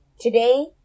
Today